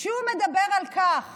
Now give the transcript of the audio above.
כשהוא מדבר על כך